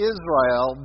Israel